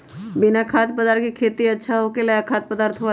बिना खाद्य पदार्थ के खेती अच्छा होखेला या खाद्य पदार्थ वाला?